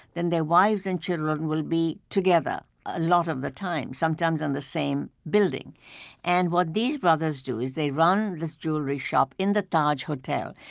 then their wives and children will be together a lot of the time, sometimes in the same building and what these brothers do is they run this jewelry shop in the taj hotel.